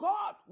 God